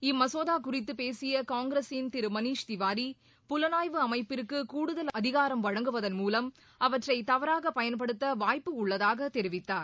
இம்மசோதா குறித்து பேசிய காங்கிரசின் திரு மணிஷ் திவாரி புலனாய்வு அமைப்பிற்கு கூடுதல் அதிகாரம் வழங்குவதள் மூலம் அவற்றை தவறாக பயன்படுத்த வாய்ப்பு உள்ளதாக தெரிவித்தார்